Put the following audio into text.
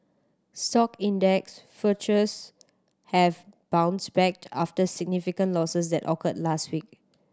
stock index futures have bounced back after significant losses that occurred last week